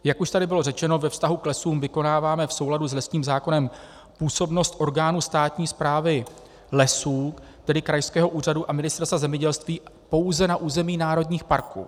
Jak už tady bylo řečeno, ve vztahu k lesům vykonáváme v souladu s lesním zákonem působnost orgánů státní správy lesů, tedy krajského úřadu a Ministerstva zemědělství, pouze na území národních parků.